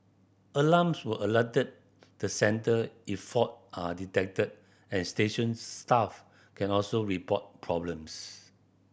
alarms will alert the centre if fault are detected and station staff can also report problems